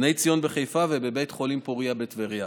בבני ציון בחיפה ובבית חולים פוריה בטבריה.